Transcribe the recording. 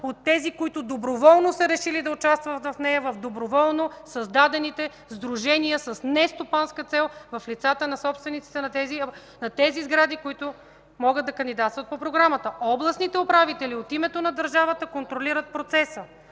за тези, които доброволно са решили да участват в нея, в доброволно създадените сдружения с нестопанска цел в лицата на собствениците на тези сгради, които могат да кандидатстват по Програмата. Областните управители от името на държавата контролират процеса.